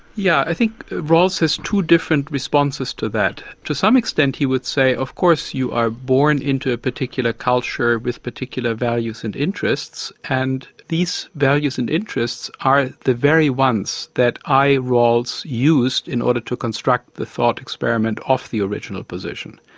yeah i think rawls has two different responses to that. to some extent he would say, of course you are born into a particular culture with particular values and interests, and these values and interests are the very ones that i, rawls, rawls, used in order to construct the thought experiment of the original position.